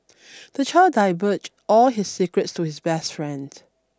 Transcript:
the child diverge all his secrets to his best friends